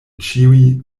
ĉiuj